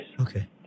Okay